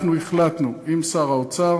החלטנו עם שר האוצר